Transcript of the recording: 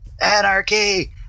anarchy